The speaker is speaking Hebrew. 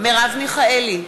מרב מיכאלי,